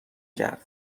کرد